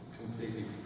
completely